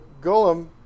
Golem